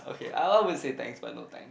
okay Awar will say thanks but no thanks